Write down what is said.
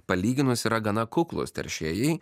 palyginus yra gana kuklūs teršėjai